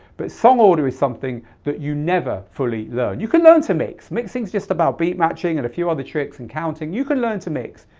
but some order is something that you never fully learn. you can learn to mix, mixing things just about beat matching and a few other tricks and counting. you can learn to mix.